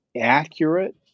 accurate